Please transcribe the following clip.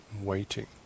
waiting